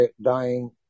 dying